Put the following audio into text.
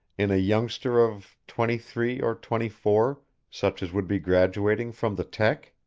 in a youngster of twenty-three or twenty-four, such as would be graduating from the tech?